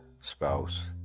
spouse